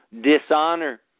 dishonor